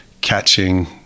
catching